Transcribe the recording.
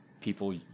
people